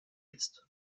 ist